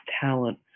talent